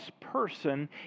person